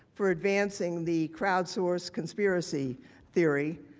for advancing the crowd sourced conspiracy theory.